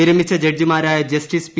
വിരമിച്ച ജഡ്ജിമാരായ justice P